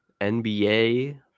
NBA